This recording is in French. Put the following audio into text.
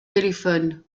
téléphone